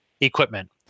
equipment